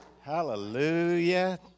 hallelujah